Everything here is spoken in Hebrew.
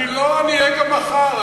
אני לא, אני אהיה גם מחר.